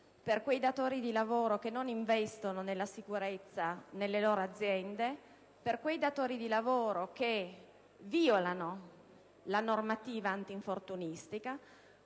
per quei datori di lavoro che non investono nella sicurezza nelle loro aziende e che violano la normativa antinfortunistica,